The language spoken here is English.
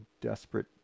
desperate